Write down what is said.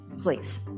please